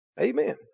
Amen